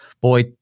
Boy